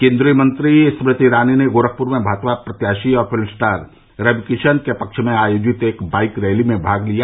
केन्द्रीय मंत्री स्मृति ईरानी ने गोरखपुर में भाजपा प्रत्याशी और फिल्म स्टार रविकिशन के पक्ष में आयोजित एक बाईक रैली में भाग लिया